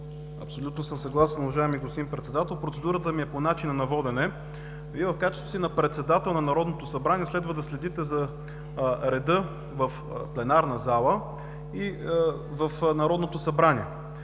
Абсолютно съм съгласен, уважаеми господин председател. Процедурата ми е по начина на водене. Вие в качеството си на председател на Народното събрание следва да следите за реда в пленарната зала и в Народното събрание.